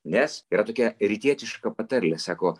nes yra tokia rytietiška patarlė sako